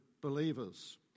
believers